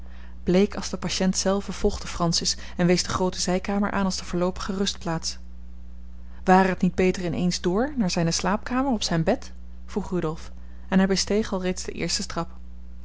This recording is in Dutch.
bleek als de patiënt zelve volgde francis en wees de groote zijkamer aan als de voorloopige rustplaats ware het niet beter in eens door naar zijne slaapkamer op zijn bed vroeg rudolf en hij besteeg alreeds den eersten trap